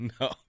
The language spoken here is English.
no